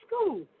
school